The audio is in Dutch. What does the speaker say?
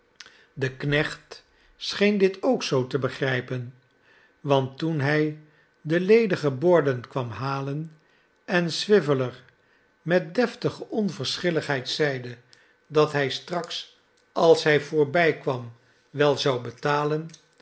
de knecht scheen dit ook zoo te begrijpen want toen hij de ledige borden kwam halen en swiveller met deftige onverschilligheid zeide dat hij straks als hij voorbijkwam wel zou betalen